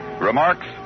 Remarks